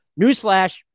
Newsflash